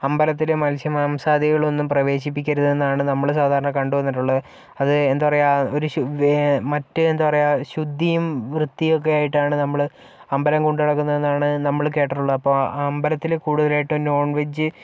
അമ്പലത്തില് മത്സ്യമാംസാദികളൊന്നും പ്രവേശിപ്പിക്കരുതെന്നാണ് നമ്മള് സാധാരണ കണ്ട് വന്നിട്ടുള്ളത് അത് എന്താ പറയുക ഒരു ശു മറ്റ് എന്താ പറയ്യാ ശുദ്ധിയും വൃത്തിയൊക്കെയായിട്ടാണ് നമ്മള് അമ്പലം കൊണ്ട് നടക്കുന്നതെന്നാണ് നമ്മള് കേട്ടിട്ടുള്ള അപ്പോൾ അമ്പലത്തില് കൂടുതലായിട്ട് നോൺ വെജ്